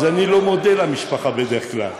אז אני לא מודה למשפחה בדרך כלל,